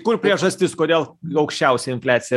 kur priežastis kodėl aukščiausia infliacija